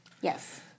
Yes